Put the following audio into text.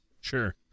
Sure